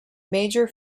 major